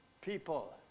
people